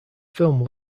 film